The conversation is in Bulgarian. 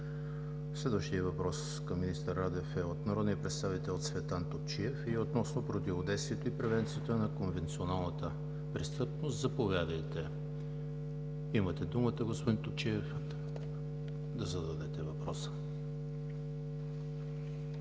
Следващият въпрос към министър Радев е от народния представител Цветан Топчиев и е относно противодействието и превенцията на конвенционалната престъпност. Заповядайте, имате думата, господин Топчиев, да зададете въпроса.